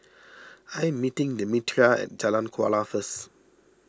I am meeting Demetria at Jalan Kuala first